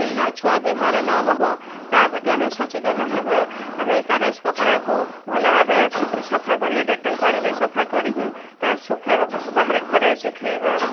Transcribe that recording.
ପିଲାଛୁଆ ବେମାର ନହବ ତା' ପ୍ରତି ଆମେ ସଚେତନ ହେବା ଆମେ ତାର କପଡ଼ାକୁ ଭଲ ଭାବେ ସଫା କରି ଡେଟଲ ପାଣିରେ ସଫା କରିକି ତାର ଶୁଖେଇବା ବାହାରେ ଖରାରେ ଶୁଖେଇବା